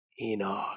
Enoch